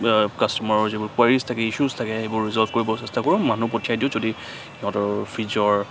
কাষ্টমাৰৰ যিবোৰ কুৱেৰিজ থাকে ইছুছ থাকে সেইবোৰ ৰিজলভ কৰিব চেষ্টা কৰো মানুহ পঠিয়াই দিওঁ যদি সিহঁতৰ ফ্ৰীজৰ